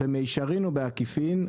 במישרין או בעקיפין,